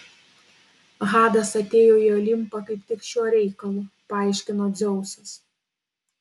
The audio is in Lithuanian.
hadas atėjo į olimpą kaip tik šiuo reikalu paaiškino dzeusas